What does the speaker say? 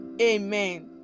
Amen